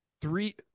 three